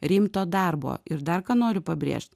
rimto darbo ir dar ką noriu pabrėžt